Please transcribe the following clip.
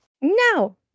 No